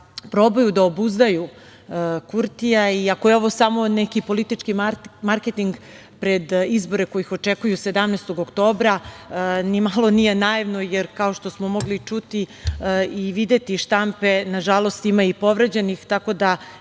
probaju da obuzdaju Kurtija. Ako je ovo samo neki politički marketing pred izbore koji ih očekuju 17. oktobra, ni malo nije naivno, jer, kao što smo mogli čuti i videti iz štampe, nažalost, ima i povređenih. Tako da,